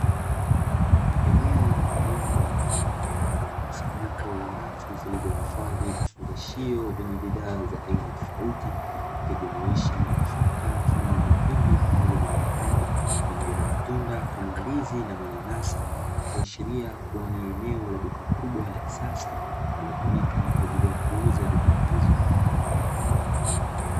Eneo maalumu la ndani lenye mkusanyiko wa rafu zilizohifadhi vifungashio vyenye bidhaa za aina tofauti ikijumuisha nafaka mfano wa mahindi pamoja na maharage pamoja na matunda kama ndizi na mananasi. Ikiashiria kuwa ni eneo la duka kubwa la kisasa linalotumika kwa ajili ya kuuza bidhaa hizo.